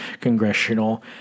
congressional